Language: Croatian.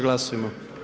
Glasujmo.